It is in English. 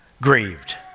grieved